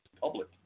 public